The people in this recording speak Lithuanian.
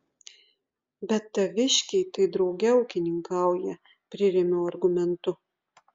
bet taviškiai tai drauge ūkininkauja prirėmiau argumentu